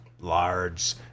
large